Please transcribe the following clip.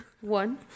One